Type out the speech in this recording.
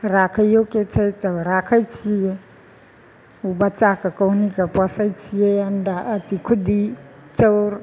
राखैयोके छै तऽ राखै छियै ओ बच्चाके कहुनाके पोसै छियै अंडा अथी खुद्दी चाउर